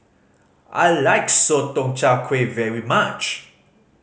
I like Sotong Char Kway very much